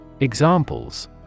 Examples